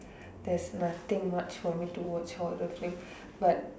there's nothing much for me to watch horror films but